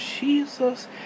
Jesus